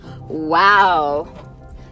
wow